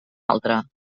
altre